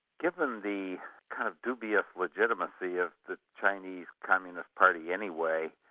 given the kind of dubious legitimacy of the chinese communist party anyway,